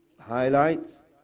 highlights